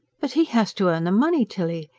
but he has to earn the money, tilly.